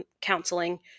counseling